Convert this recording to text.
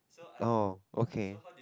oh okay